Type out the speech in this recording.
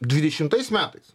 dvidešimtais metais